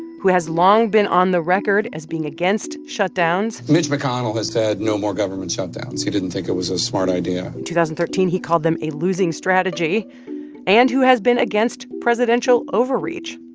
who has long been on the record as being against shutdowns. mitch mcconnell has said no more government shutdowns. he didn't think it was a smart idea. in two thousand and thirteen, he called them a losing strategy and who has been against presidential overreach.